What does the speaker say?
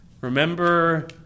remember